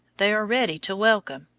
they are ready to welcome,